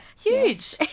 Huge